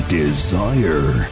desire